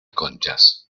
conchas